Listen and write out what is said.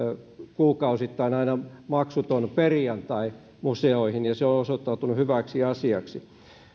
kuukausittain maksuton perjantai museoihin ja se on osoittautunut hyväksi asiaksi